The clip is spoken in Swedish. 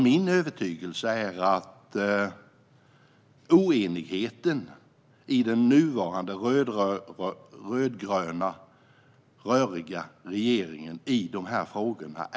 Min övertygelse är att oenigheten i den nuvarande rödgröna, röriga, regeringen är påtaglig i de här frågorna.